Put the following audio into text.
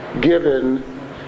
given